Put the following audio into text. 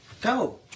go